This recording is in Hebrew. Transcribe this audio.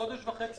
אנחנו חודש וחצי